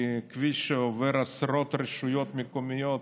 כי כביש שעובר עשרות רשויות מקומיות,